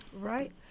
Right